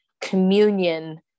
communion